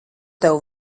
tev